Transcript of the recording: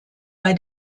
bei